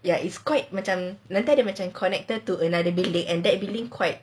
ya it's quite macam nanti ada connected to another building and that building quite